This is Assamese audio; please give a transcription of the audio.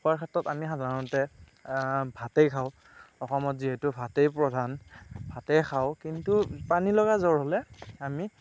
খোৱাৰ ক্ষেত্ৰত আমি সাধাৰণতে ভাতেই খাওঁ অসমত যিহেতু ভাতেই প্ৰধান ভাতেই খাওঁ কিন্তু পানীলগা জ্বৰ হ'লে আমি